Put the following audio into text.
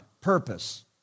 Purpose